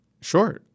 Sure